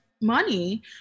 money